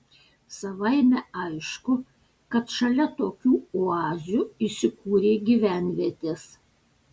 savaime aišku kad šalia tokių oazių įsikūrė gyvenvietės